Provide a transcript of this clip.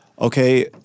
Okay